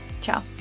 Ciao